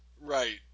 Right